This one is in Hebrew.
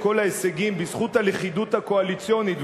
כל ההישגים בזכות הלכידות הקואליציונית,